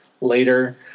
later